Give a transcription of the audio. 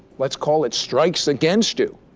let's call it strikes against you?